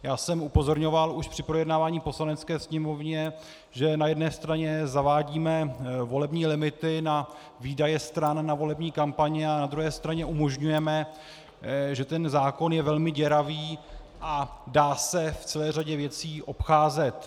Já jsem upozorňoval už při projednávání v Poslanecké sněmovně, že na jedné straně zavádíme volební limity na výdaje stran na volební kampaně a na druhé straně umožňujeme, že ten zákon je velmi děravý a dá se v celé řadě věcí obcházet.